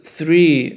three